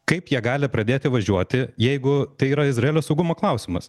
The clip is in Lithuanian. kaip jie gali pradėti važiuoti jeigu tai yra izraelio saugumo klausimas